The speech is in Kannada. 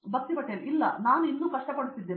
ಭಕ್ತಿ ಪಟೇಲ್ ಇಲ್ಲ ನಾನು ಇನ್ನೂ ಕಷ್ಟಪಡುತ್ತಿದ್ದೇನೆ